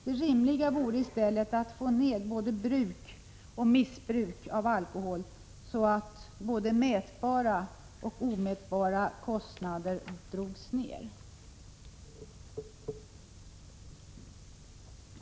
Det rimliga vore i stället att få ned både bruk och missbruk av alkohol, så att både mätbara och omätbara kostnader drogs ned.